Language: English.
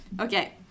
Okay